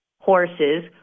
horses